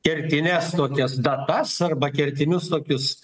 kertines tokias datas arba kertinius tokius